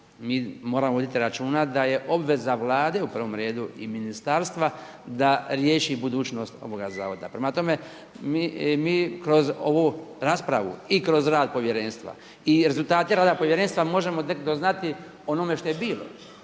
mi moramo voditi računa da je obveza Vlade u prvom redu i ministarstva da riješi budućnost ovoga zavoda. Prema tome, mi kroz ovu raspravu i kroz rad povjerenstva i rezultate rada povjerenstva možemo tek doznati o onome bilo,